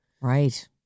Right